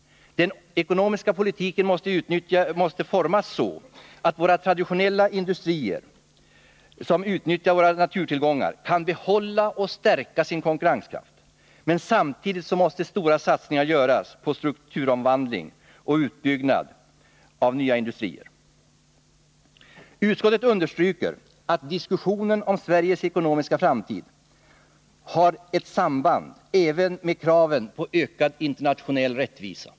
Den ekonomiska politiken måste utformas så att våra traditionella industrier, som utnyttjar våra naturtillgångar, kan behålla och stärka sin konkurrenskraft, men samtidigt måste stora satsningar göras på strukturomvandling och utbyggnad av nya industrier. Utskottet understryker att diskussionen om Sveriges ekonomiska framtid har ett samband även med kraven på ökad internationell rättvisa.